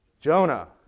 Jonah